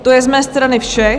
To je z mé strany vše.